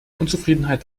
unzufriedenheit